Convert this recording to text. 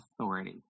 authority